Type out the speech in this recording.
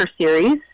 series